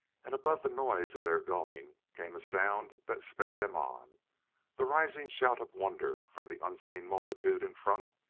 and above the noise of their going came a sound that sped them on the rising shout of wonder from the unseen multitude in front,